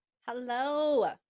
Hello